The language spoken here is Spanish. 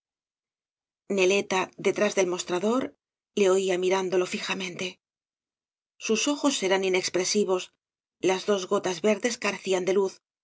neleta detrás del mostrador le oía mirándolo fijamente sus ojos eran inexpresivos las dos gotas verdea carecían de luz